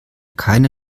keine